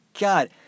God